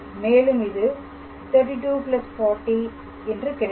மேலும் இது 32 40 என்ன கிடைக்கிறது